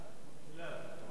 ההצעה לכלול את